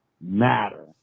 matter